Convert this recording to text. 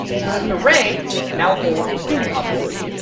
so this array now holds student objects.